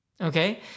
okay